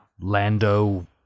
Lando